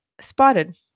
spotted